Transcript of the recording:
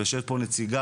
יושבת פה נציגה,